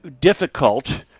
difficult